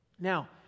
Now